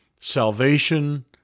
Salvation